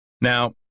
Now